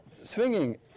swinging